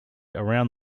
around